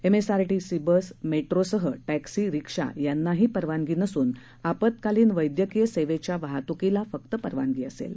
MSRTC bus मेट्रोसह taxi rickshaw यांनाही परवानगी नसून आपत्कालीन वैद्यकीय सेवेच्या वाहतूकीला परवानगी असेल